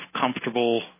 comfortable